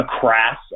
crass